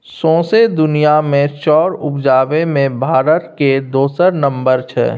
सौंसे दुनिया मे चाउर उपजाबे मे भारत केर दोसर नम्बर छै